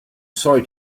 sorry